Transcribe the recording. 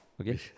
okay